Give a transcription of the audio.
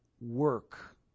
work